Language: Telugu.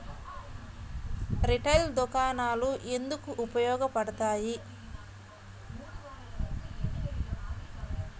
రిటైల్ దుకాణాలు ఎందుకు ఉపయోగ పడతాయి?